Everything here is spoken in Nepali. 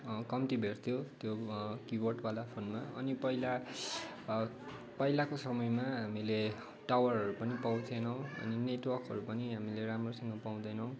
कम्ती भेट्थ्यो त्यो किबोर्ड वाला फोनमा अनि पहिला पहिलाको समयमा हामीले टावरहरू पनि पाउँथिएनौँ अनि नेटवर्कहरू पनि हामीले राम्रोसँगले पाउँदैनौँ